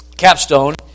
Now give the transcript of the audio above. capstone